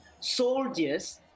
soldiers